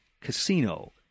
casino